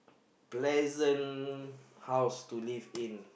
present house to live in